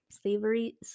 Slavery